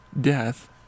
death